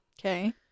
Okay